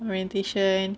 orientation